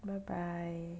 bye bye